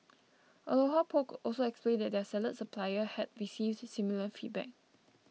Aloha Poke also explained that their salad supplier had received similar feedback